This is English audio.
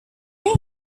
new